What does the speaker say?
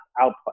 output